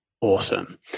Awesome